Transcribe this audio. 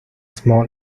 small